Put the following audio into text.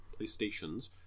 playstations